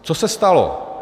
Co se stalo?